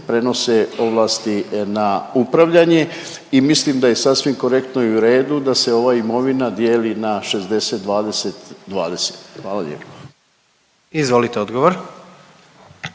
prenose ovlasti na upravljanje i mislim da je sasvim korektno i u redu da se ova imovina dijeli na 60 20 20. Hvala lijepa. **Jandroković,